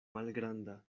malgranda